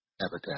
habitat